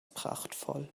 prachtvoll